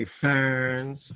Ferns